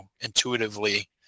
intuitively